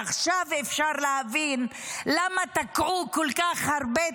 עכשיו אפשר להבין למה תקעו כל כך הרבה תוכניות,